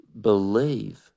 believe